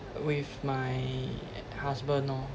with my husband orh